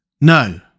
No